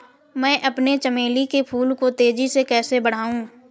मैं अपने चमेली के फूल को तेजी से कैसे बढाऊं?